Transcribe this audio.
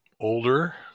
older